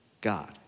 God